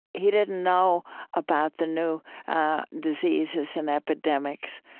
he didn't know about the new diseases and epidemics.